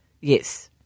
Yes